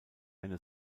eine